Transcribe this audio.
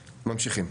ממשיכים.